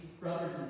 brothers